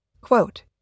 Quote